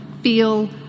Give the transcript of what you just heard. feel